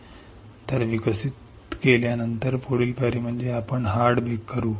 तर पुढील पायरी म्हणजे आपण विकसित केल्यानंतर पुढील पायरी म्हणजे आपण हार्ड बेक करू